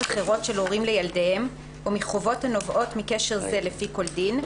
אחרות של הורים לילדיהם או מחובות הנובעות מקשר זה לפי כל דין,